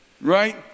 right